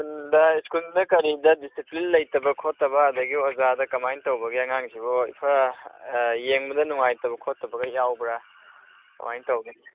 ꯁ꯭ꯀꯨꯜꯗ ꯀꯔꯤꯗ ꯗꯤꯁꯤꯄ꯭ꯂꯤꯟ ꯂꯩꯇꯕ ꯈꯣꯠꯇꯕ ꯑꯗꯒꯤ ꯑꯣꯖꯥꯗ ꯀꯃꯥꯏꯅ ꯇꯧꯕꯒꯦ ꯑꯉꯥꯡꯁꯤꯕꯣ ꯌꯦꯡꯕꯗ ꯅꯨꯡꯉꯥꯏꯇꯕ ꯈꯣꯠꯇꯕꯒ ꯌꯥꯎꯕ꯭ꯔꯥ ꯀꯃꯥꯏꯅ ꯇꯧꯒꯦ